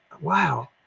wow